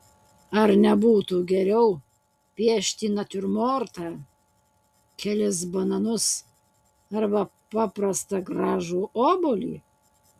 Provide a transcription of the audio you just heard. ar nebūtų geriau piešti natiurmortą kelis bananus arba paprastą gražų obuolį